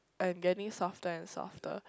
I am getting softer and softer